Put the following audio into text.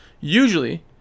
Usually